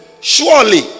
surely